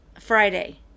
Friday